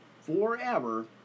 forever